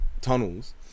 tunnels